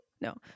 no